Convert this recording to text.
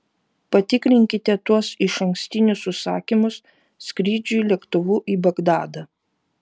patikrinkite tuos išankstinius užsakymus skrydžiui lėktuvu į bagdadą